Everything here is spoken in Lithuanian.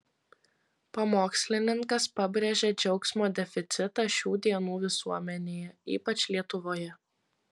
pamokslininkas pabrėžė džiaugsmo deficitą šių dienų visuomenėje ypač lietuvoje